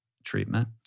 Treatment